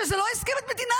שזה לא הסכם עד מדינה.